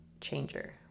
changer